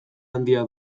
handia